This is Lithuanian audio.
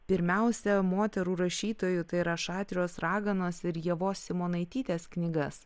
pirmiausia moterų rašytojų tai yra šatrijos raganos ir ievos simonaitytės knygas